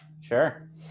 Sure